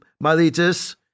Miletus